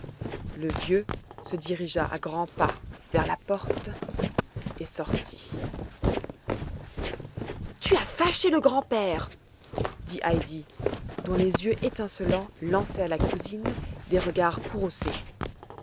le vieux se dirigea à grands pas vers la porte et sortit tu as fâché le grand-père dit heidi dont les yeux étincelants lançaient à la cousine des regards